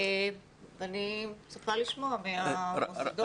ואני מצפה לשמוע מהמוסדות.